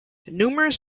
numerous